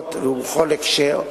נסיבות ובכל הקשר,